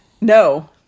No